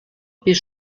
pis